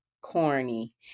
corny